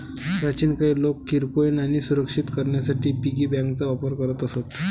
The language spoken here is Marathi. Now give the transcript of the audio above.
प्राचीन काळी लोक किरकोळ नाणी सुरक्षित करण्यासाठी पिगी बँकांचा वापर करत असत